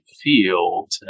field